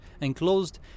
enclosed